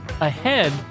ahead